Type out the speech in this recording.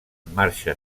marxa